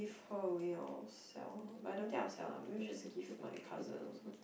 give her away or sell but I don't think I'll sell lah maybe just give my cousin or something